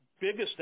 biggest